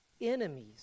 enemies